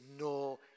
no